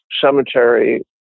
cemetery